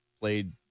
played